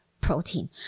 protein